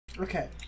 okay